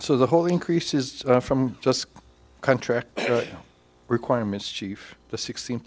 so the whole increases from just contract requirements chief the sixteen